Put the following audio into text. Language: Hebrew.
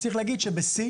צריך להגיד שבשיא,